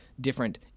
different